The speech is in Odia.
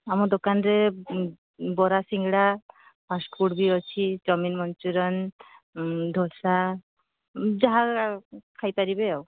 ଆମ ଦୋକାନରେ ବରା ସିଙ୍ଗଡ଼ା ଫାଷ୍ଟ୍ ଫୁଡ୍ ବି ଅଛି ଚାଓମିନ୍ ମଞ୍ଚୁରିଆନ୍ ଦୋସା ଯାହା ଖାଇପାରିବେ ଆଉ